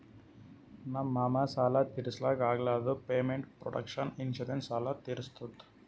ನಮ್ ಮಾಮಾ ಸಾಲ ತಿರ್ಸ್ಲಕ್ ಆಗ್ಲಾರ್ದುಕ್ ಪೇಮೆಂಟ್ ಪ್ರೊಟೆಕ್ಷನ್ ಇನ್ಸೂರೆನ್ಸ್ ಸಾಲ ತಿರ್ಸುತ್